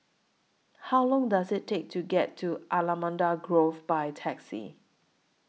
How Long Does IT Take to get to Allamanda Grove By Taxi